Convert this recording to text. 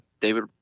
David